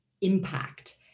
impact